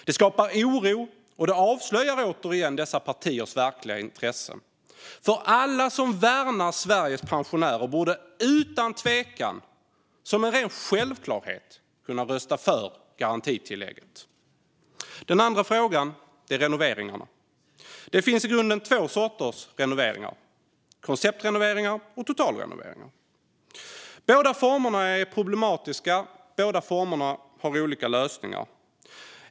Det skapar oro, och det avslöjar återigen dessa partiers verkliga intressen. Alla som värnar Sveriges pensionärer borde utan tvekan, som en ren självklarhet, kunna rösta för garantitillägget. Den andra frågan är renoveringarna. Det finns i grunden två sorters renoveringar: konceptrenoveringar och totalrenoveringar. Båda formerna är problematiska, och problemen med dem har olika lösningar.